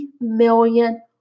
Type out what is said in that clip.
million